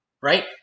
right